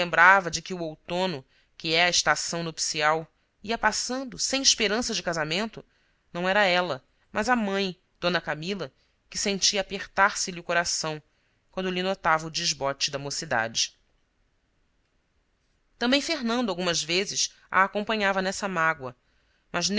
de que o outono que é a estação nupcial ia passando sem esperança de casamento não era ela mas a mãe d camila que sentia apertar se lhe o coração quando lhe notava o desbote da mocidade também fernando algumas vezes a acompanhava nessa mágoa mas